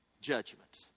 judgments